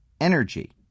energy